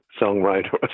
songwriter